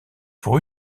pour